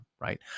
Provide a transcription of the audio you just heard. right